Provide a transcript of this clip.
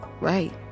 right